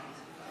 אני